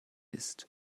ist